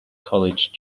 college